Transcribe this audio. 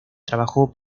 trabajó